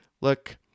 look—